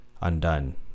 undone